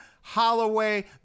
Holloway